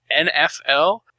NFL